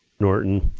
norton.